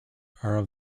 are